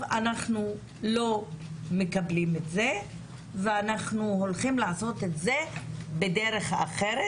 לא מקבלים את זה ושהולכים לעשות את זה בדרך אחרת,